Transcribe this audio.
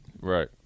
right